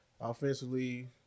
Offensively